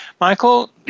Michael